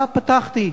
בה פתחתי: